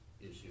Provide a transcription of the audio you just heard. issue